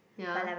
ya